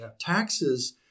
Taxes